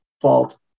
fault